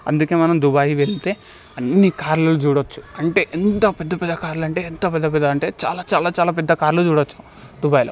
అందుకే మనం దుబాయి వెళ్తే అన్ని కార్లను చూడొచ్చు అంటే ఎంత పెద్ద పెద్ద కార్లు అంటే ఎంత పెద్ద పెద్ద అంటే చాలా చాలా చాలా పెద్ద పెద్ద కార్లు చూడొచ్చు దుబాయ్లో